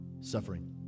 suffering